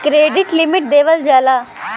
credit limit देवल जाला